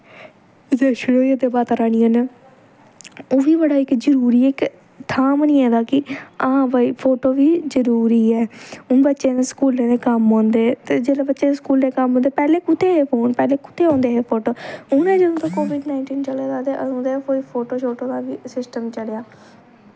दर्शन होई जंदे माता रानी कन्नै ओह् बी बड़ा इक जरूरी इक थांह् बनी गेदा कि हां भाई फोटो बी जरूरी ऐ हून बच्चें दे स्कूलें दे कम्म औंदे ते जेल्लै बच्चें दे स्कूलें कम्म ते पैह्लें कुत्थें हे फोन पैह्लें कुत्थें औंदे हे फोटो जदूं दा कोविड नाइनटीन चला दा ते अदूं दा गै फोटो शोटो दा बी सिस्टम चलेआ